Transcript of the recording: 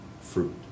fruit